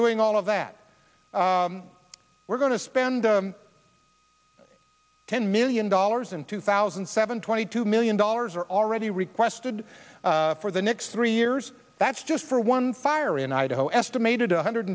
doing all of that we're going to spend ten million dollars in two thousand and seven twenty two million dollars are already requested for the next three years that's just for one fire in idaho estimated one hundred